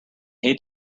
hate